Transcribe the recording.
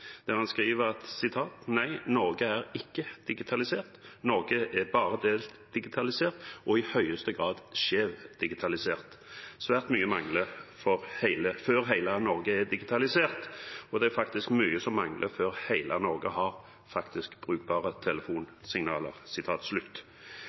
Norge er ikke digitalisert. Norge er bare deldigitalisert og i høyeste grad skjevdigitalisert. Det er mye som mangler før hele Norge er digitalisert, det er faktisk mye som mangler før hele Norge har brukbare